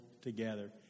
together